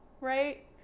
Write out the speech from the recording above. right